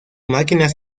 máquinas